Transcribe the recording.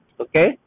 Okay